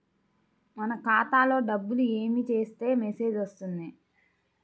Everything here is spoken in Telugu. మన ఖాతాలో డబ్బులు ఏమి చేస్తే మెసేజ్ వస్తుంది?